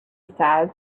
said